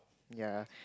ya